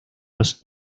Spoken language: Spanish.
los